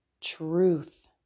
truth